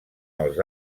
els